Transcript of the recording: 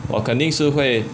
我肯定是会